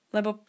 Lebo